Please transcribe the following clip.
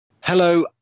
Hello